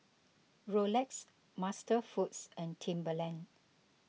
Rolex MasterFoods and Timberland